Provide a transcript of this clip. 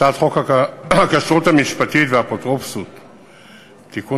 הצעת חוק הכשרות המשפטית והאפוטרופסות (תיקון,